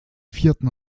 vierten